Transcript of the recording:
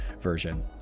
version